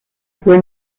fue